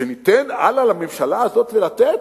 שניתן הלאה לממשלה הזאת, ולתת?